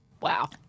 Wow